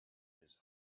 his